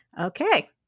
Okay